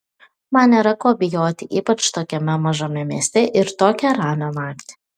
man nėra ko bijoti ypač tokiame mažame mieste ir tokią ramią naktį